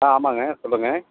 ஆ ஆமாங்க சொல்லுங்கள்